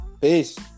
peace